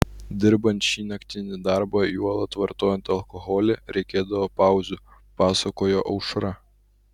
dirbant šį naktinį darbą juolab vartojant alkoholį reikėdavo pauzių pasakojo aušra